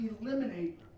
eliminate